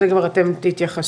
זה כבר אתם תתייחסו.